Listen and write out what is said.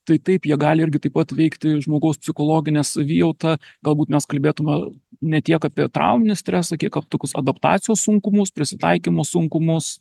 tai taip jie gali irgi taip pat veikti žmogaus psichologinę savijautą galbūt mes kalbėtume ne tiek apie trauminį stresą kiek apie tokius adaptacijos sunkumus prisitaikymo sunkumus